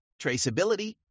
traceability